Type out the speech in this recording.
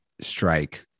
strike